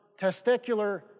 testicular